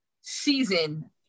season